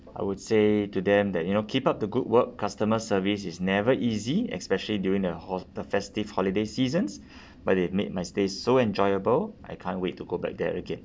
I would say to them that you know keep up the good work customer service is never easy especially during the hol~ the festive holiday seasons but it made my stay so enjoyable I can't wait to go back there again